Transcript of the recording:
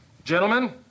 Gentlemen